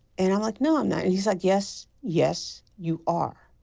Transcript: and i'm like, no, i'm not. and he's like, yes, yes, you are.